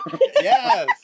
Yes